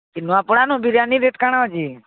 ଇ ନୂଆପଡ଼ାନୁ ବିରିୟାନୀ ରେଟ୍ କାଣା ଅଛେ